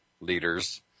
leaders